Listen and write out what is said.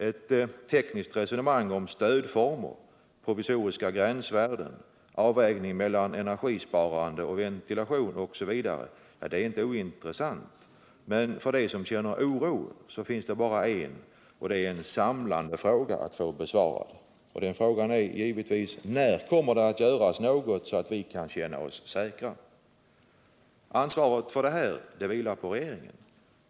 Ett tekniskt resonemang om stödformer, provisoriska gränsvärden, avvägning mellan energisparande och ventilation osv. är inte ointressant, men för dem som känner oro finns det bara en — och en samlande — fråga att få besvarad. Den frågan är givetvis: När kommer det att göras något så att vi kan känna oss säkra? Ansvaret för det här vilar på regeringen.